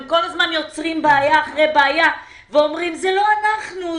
הם כל הזמן יוצרים בעיה אחרי בעיה ואומרים זה לא אנחנו.